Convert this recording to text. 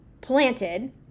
planted